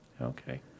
Okay